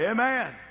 Amen